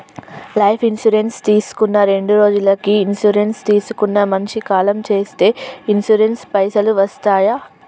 Life insurance తీసుకున్న రెండ్రోజులకి insurance తీసుకున్న మనిషి కాలం చేస్తే ఇన్సూరెన్స్ పైసల్ వస్తయా?